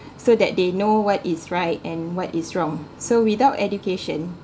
so that they know what is right and what is wrong so without education